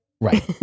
right